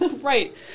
Right